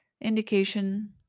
indication